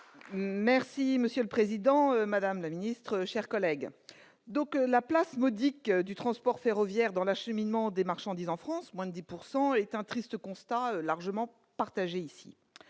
Monsieur le président, madame la secrétaire d'État, mes chers collègues, la place modique du transport ferroviaire dans l'acheminement des marchandises en France- moins de 10 %-est un triste constat largement partagé ici.